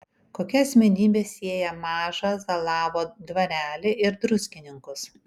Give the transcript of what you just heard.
kokia asmenybė sieja mažą zalavo dvarelį ir druskininkus